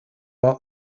are